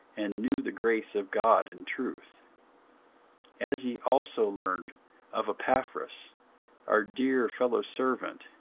and knew the grace of god in truth as ye also learned of epaphras our dear fellowservant,